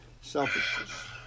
Selfishness